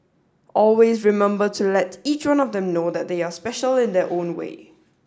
always remember to let each one of them know that they are special in their own way